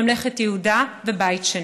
ממלכת יהודה ובית שני.